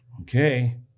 okay